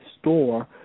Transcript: store